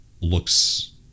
looks